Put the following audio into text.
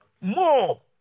more